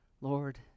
Lord